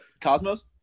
Cosmos